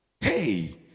Hey